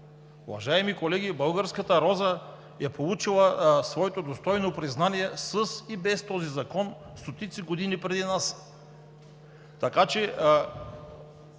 Уважаеми колеги, българската роза е получила своето достойно признание с и без този закон стотици години преди нас!